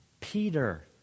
Peter